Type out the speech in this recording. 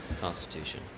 constitution